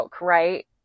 right